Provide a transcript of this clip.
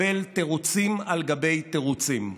מקבל תירוצים על גבי תירוצים.